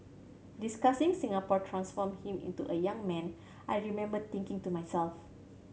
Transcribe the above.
discussing Singapore transformed him into a young man I remember thinking to myself